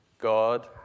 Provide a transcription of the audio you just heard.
God